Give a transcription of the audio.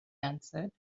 answered